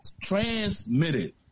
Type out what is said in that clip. Transmitted